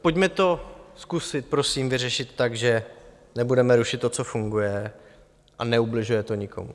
Pojďme to zkusit prosím vyřešit tak, že nebudeme rušit to, co funguje a neubližuje to nikomu.